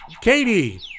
Katie